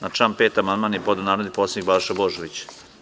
Na član 5. amandman je podneo narodni poslanik Balša Božović.